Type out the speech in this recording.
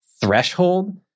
threshold